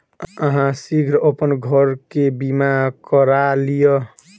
अहाँ शीघ्र अपन घर के बीमा करा लिअ